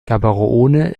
gaborone